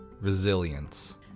resilience